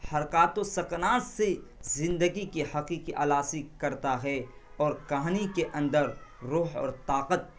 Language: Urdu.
حرکات و سکنات سے زندگی کی حقیقی عکاسی کرتا ہے اور کہاںی کے اندر روح اور طاقت